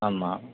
ஆமாம்